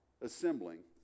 assembling